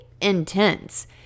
intense